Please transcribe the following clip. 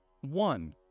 one